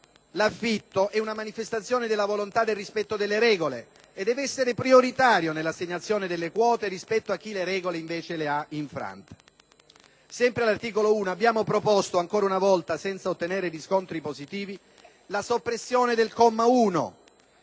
L'affitto è una manifestazione della volontà del rispetto delle regole e deve essere prioritario nell'assegnazione delle quote rispetto a chi le regole, invece, le ha infrante. Sempre all'articolo 1 abbiamo proposto, ancora una volta senza ottenere riscontri positivi, la soppressione del comma 1